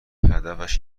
هدفش